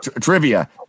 trivia